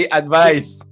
advice